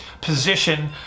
position